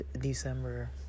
December